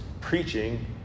preaching